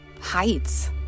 heights